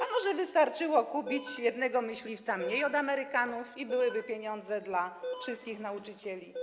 A może wystarczyłoby kupić jednego myśliwca mniej od Amerykanów i byłyby pieniądze dla wszystkich nauczycieli?